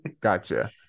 Gotcha